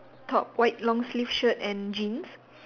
top white long sleeve shirt and jeans